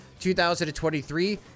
2023